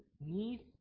need